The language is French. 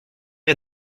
est